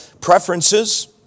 preferences